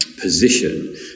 position